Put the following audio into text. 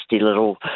little